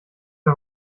mir